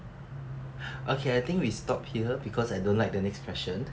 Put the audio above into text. okay I think we stop here because I don't like the next question